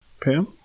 Pam